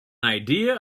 idea